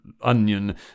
onion